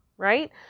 right